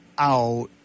out